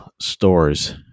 stores